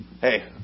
hey